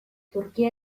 turkia